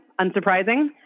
unsurprising